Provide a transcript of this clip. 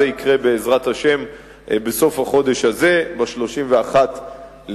זה יקרה בעזרת השם בסוף החודש הזה, ב-31 במרס.